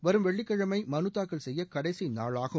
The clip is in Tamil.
வரும் வெள்ளிக்கிழமை மனுதாக்கல் செய்ய கடைசி நாளாகும்